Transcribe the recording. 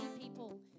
people